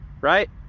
right